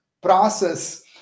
process